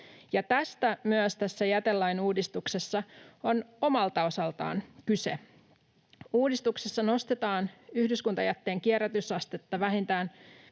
tästä myös tässä jätelain uudistuksessa on omalta osaltaan kyse. Uudistuksessa nostetaan yhdyskuntajätteen kierrätysastetta vähintään